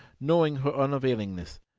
knowing her unavailingness.